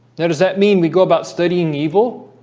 now does that mean we go about studying evil?